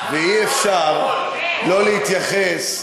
ואי-אפשר שלא להתייחס,